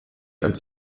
als